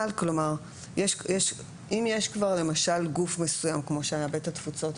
אם יש כבר למשל גוף מסוים כמו שהיה בית התפוצות,